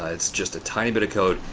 ah it's just a tiny bit of code.